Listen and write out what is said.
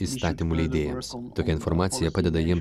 įstatymų leidėjams tokia informacija padeda jiem